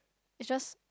it's just